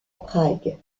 prague